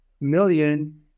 million